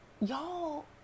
y'all